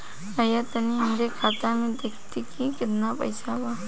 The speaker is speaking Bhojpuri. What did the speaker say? भईया तनि हमरे खाता में देखती की कितना पइसा बा?